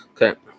okay